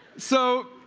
so,